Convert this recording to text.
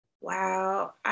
Wow